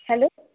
hello